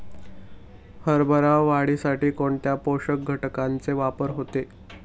हरभरा वाढीसाठी कोणत्या पोषक घटकांचे वापर होतो?